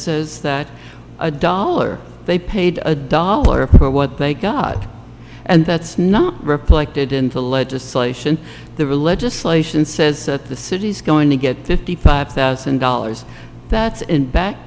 says that a dollar they paid a dollar for what they got and that's not replicated in the legislation the real legislation says the city's going to get fifty five thousand dollars that's in back